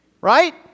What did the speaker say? Right